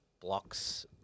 blocks